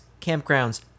campgrounds